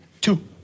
Two